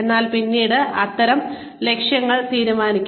എന്നാൽ പിന്നീട് അത്തരം ലക്ഷ്യങ്ങൾ തീരുമാനിക്കാം